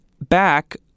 back